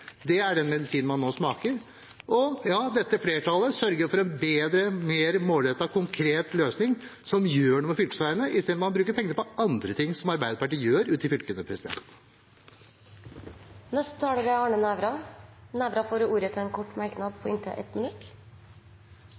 Det er den medisinen man nå smaker. Dette flertallet sørger for en bedre, mer målrettet og konkret løsning, som gjør noe med fylkesveiene, i stedet for at man bruker penger på andre ting, som Arbeiderpartiet gjør ute i fylkene. Representanten Arne Nævra har hatt ordet to ganger tidligere og får ordet til en kort merknad, begrenset til 1 minutt.